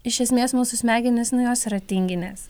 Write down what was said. iš esmės mūsų smegenys nu jos yra tinginės